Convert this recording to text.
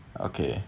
okay